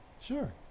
Sure